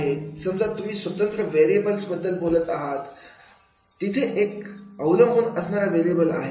समजा तुम्ही स्वतंत्र व्हेरिएबल बद्दल बोलत आहात तिथे एक अवलंबून असणारा व्हेरिएबल आहे